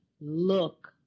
look